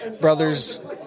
brothers